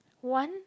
one